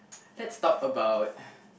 let's talk about about